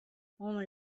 only